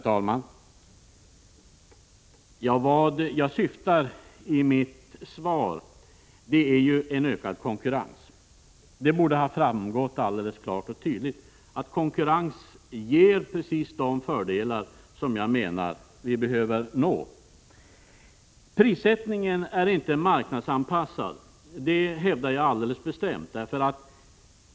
Herr talman! Vad jag syftar till med min fråga är en ökad konkurrens. Det borde ha framgått klart och tydligt att konkurrens ger precis de fördelar som jag menar att vi behöver nå. Prissättningen är inte marknadsanpassad, det hävdar jag alldeles bestämt.